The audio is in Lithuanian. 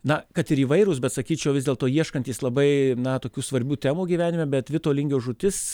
na kad ir įvairūs bet sakyčiau vis dėlto ieškantys labai na tokių svarbių temų gyvenime bet vito lingio žūtis